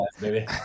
baby